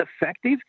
effective